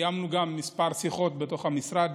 קיימנו גם כמה שיחות בתוך המשרד,